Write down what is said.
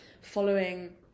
following